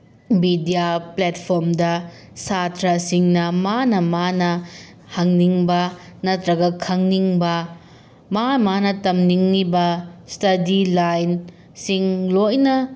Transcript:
media ꯄ꯭ꯂꯦꯠꯐ꯭ꯣꯔꯝꯗ ꯁꯥꯇ꯭ꯔꯁꯤꯡꯅ ꯃꯥꯅ ꯃꯥꯅ ꯍꯪꯅꯤꯡꯕ ꯅꯠꯇ꯭ꯔꯒ ꯈꯪꯅꯤꯡꯕ ꯃꯥꯅ ꯃꯥꯅ ꯇꯝꯅꯤꯡꯂꯤꯕ ꯏꯁꯇꯗꯤ ꯂꯥꯏꯟꯁꯤꯡ ꯂꯣꯏꯅ